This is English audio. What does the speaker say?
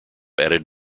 added